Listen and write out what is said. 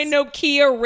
Nokia